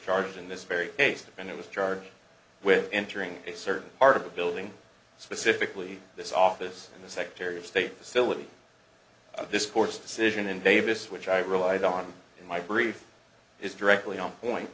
charged in this very case and it was charged with entering a certain part of the building specifically this office and the secretary of state facility this court's decision in davis which i relied on in my brief is directly on point